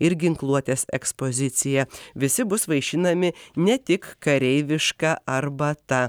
ir ginkluotės ekspoziciją visi bus vaišinami ne tik kareiviška arbata